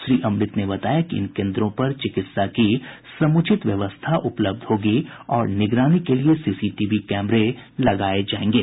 श्री अमृत ने बताया कि इन केन्द्रों पर चिकित्सा की समुचित व्यवस्था उपलब्ध होगी और निगरानी के लिए सीसीटीवी कैमरे लगाये जायेंगे